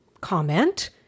comment